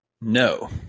No